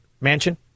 mansion